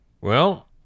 Well